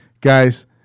Guys